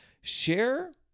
Share